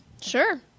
Sure